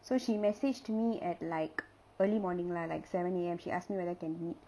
so she messaged me at like early morning lah like seven A_M she asked me whether can meet